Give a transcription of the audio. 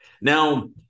Now